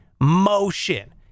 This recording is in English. motion